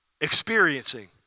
experiencing